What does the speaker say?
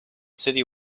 city